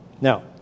Now